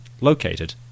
located